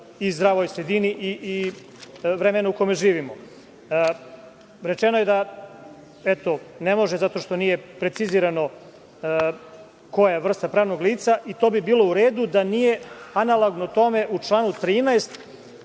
i zdravoj sredini i vremenu u kome živimo. Rečeno je da, eto, ne može zato što nije precizirano koja je vrsta pravnog lica i to bi bilo u redu da nije analogno tome u članu 13.